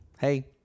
Hey